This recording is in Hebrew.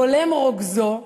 בולם רוגזו,